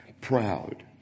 proud